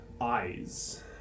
eyes